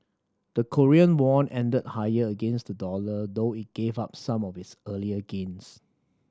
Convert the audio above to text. the Korean won ended higher against the dollar though it gave up some of its earlier gains